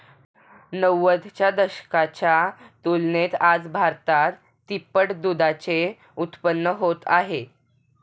नव्वदच्या दशकाच्या तुलनेत आज भारतात तिप्पट दुधाचे उत्पादन होत आहे